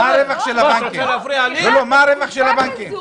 מה הרווח של הבנקים?